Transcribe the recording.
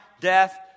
death